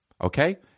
Okay